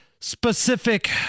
specific